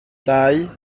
dau